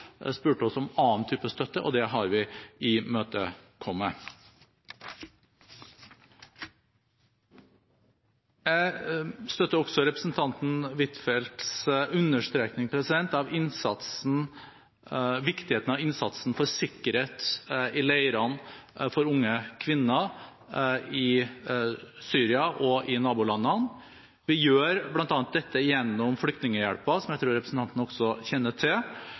oss om annen type støtte, og det har vi imøtekommet. Jeg støtter også representanten Huitfeldts understrekning av viktigheten av innsatsen for sikkerhet i leirene for unge kvinner i Syria og i nabolandene. Vi gjør bl.a. dette gjennom Flyktninghjelpen, som jeg tror representanten også kjenner til.